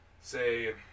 say